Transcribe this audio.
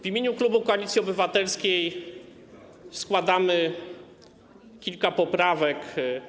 W imieniu klubu Koalicji Obywatelskiej składamy kilka poprawek.